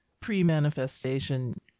Pre-manifestation